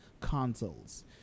consoles